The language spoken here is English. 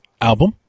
album